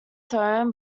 throne